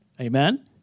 Amen